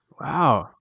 Wow